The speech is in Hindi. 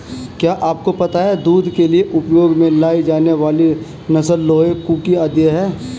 क्या आपको पता है दूध के लिए उपयोग में लाई जाने वाली नस्ल लोही, कूका आदि है?